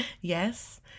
yes